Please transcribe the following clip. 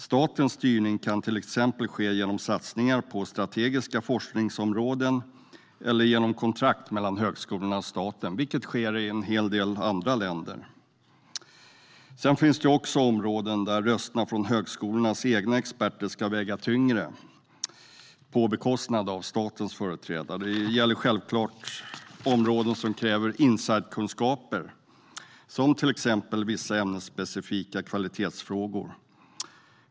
Statens styrning kan till exempel ske genom satsningar på strategiska forskningsområden eller genom kontrakt mellan högskolorna och staten, vilket sker i en hel del andra länder. Det finns också områden där rösterna från högskolornas egna experter ska väga tyngre, på bekostnad av statens företrädare. Det gäller självklart områden som kräver insidekunskaper, som vissa ämnesspecifika kvalitetsfrågor.